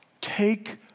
Take